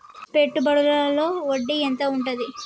పెట్టుబడుల లో వడ్డీ ఎంత ఉంటది?